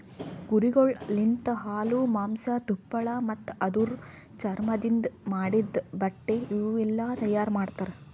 ಕುರಿಗೊಳ್ ಲಿಂತ ಹಾಲು, ಮಾಂಸ, ತುಪ್ಪಳ ಮತ್ತ ಅದುರ್ ಚರ್ಮದಿಂದ್ ಮಾಡಿದ್ದ ಬಟ್ಟೆ ಇವುಯೆಲ್ಲ ತೈಯಾರ್ ಮಾಡ್ತರ